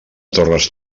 torres